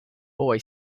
boy